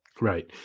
Right